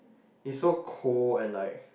it's so cold and like